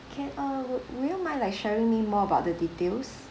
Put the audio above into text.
can uh would would you mind like sharing me more about the details